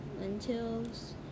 lentils